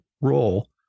role